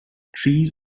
trees